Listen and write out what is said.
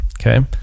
Okay